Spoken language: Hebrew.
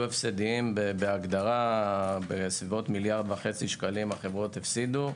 הפסדיים בהגדרה בסביבות מיליארד וחצי שקלים החברות הפסידו.